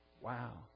Wow